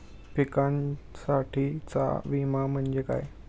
पिकांसाठीचा विमा म्हणजे काय?